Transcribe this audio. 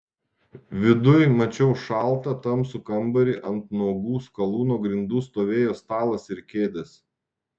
viduj mačiau šaltą tamsų kambarį ant nuogų skalūno grindų stovėjo stalas ir kėdės